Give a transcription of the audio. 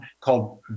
called